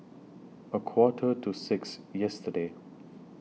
A Quarter to six yesterday